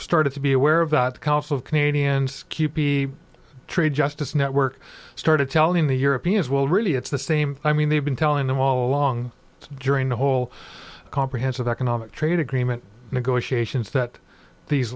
started to be aware of the council of canadians to keep the trade justice network started telling the europeans well really it's the same i mean they've been telling them all along during the whole comprehensive economic trade agreement negotiations that these